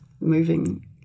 moving